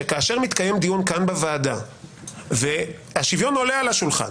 שכאשר מתקיים דיון כאן בוועדה והשוויון עולה על השולחן